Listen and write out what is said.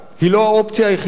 היא לא האופציה היחידה.